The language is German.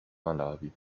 malawi